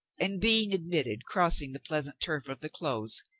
and being admitted, cross ing the pleasant turf of the close,